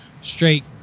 Straight